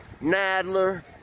Nadler